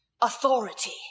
authority